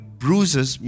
bruises